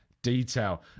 detail